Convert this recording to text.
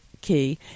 key